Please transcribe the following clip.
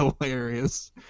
hilarious